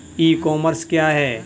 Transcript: ई commerce क्या है?